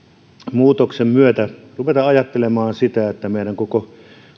muutoksen myötä rupeamaan ajattelemaan sitä että meidän koko